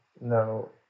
No